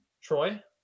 Troy